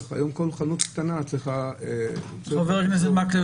היום כל חנות קטנה צריכה --- חבר הכנסת מקלב,